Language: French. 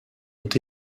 ont